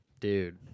dude